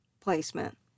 placement